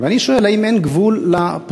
ואני שואל, האם אין גבול לפופוליזם?